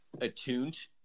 attuned